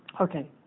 Okay